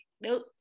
Nope